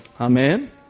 Amen